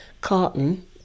carton